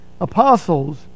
apostles